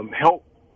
help